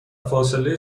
فاصله